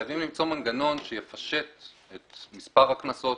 חייבים למצוא מנגנון שיפשט את מספר הקנסות